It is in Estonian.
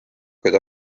kuid